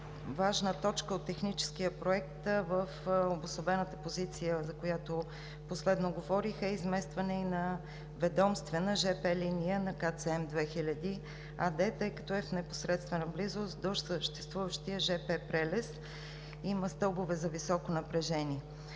важна точка от техническия проект в обособената позиция, за която последно говорих, е изместване на ведомствена жп линия на „КЦМ 2000“ АД, тъй като в непосредствена близост до съществуващия жп прелез има стълбове с високо напрежение.